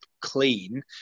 clean